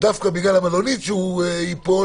דווקא בגלל המלונית שייפול